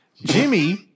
Jimmy